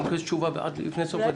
אני מבקש תשובה לפני סוף הדיון.